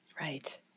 Right